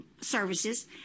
services